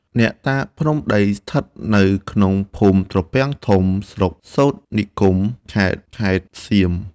អ្នកតាភ្នំដីស្ថិតនៅក្នុងឃុំត្រពាំងធំ ស្រុកសូទ្រនិគម ខេតខេត្តសៀម។